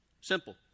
Simple